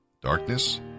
Darkness